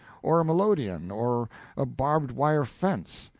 or a melodeon, or a barbed-wire fence,